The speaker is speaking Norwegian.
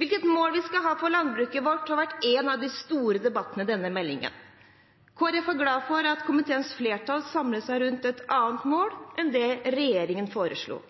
Hvilket mål vi skal ha for landbruket vårt, har vært en av de store debattene i denne meldingen. Kristelig Folkeparti er glad for at komiteens flertall samlet seg rundt et annet mål enn det regjeringen foreslo,